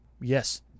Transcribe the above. Yes